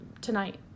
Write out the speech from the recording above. tonight